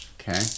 Okay